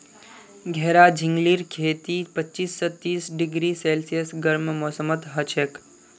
घेरा झिंगलीर खेती पच्चीस स तीस डिग्री सेल्सियस गर्म मौसमत हछेक